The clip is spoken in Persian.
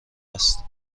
است